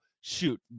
shoot